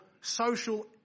social